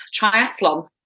triathlon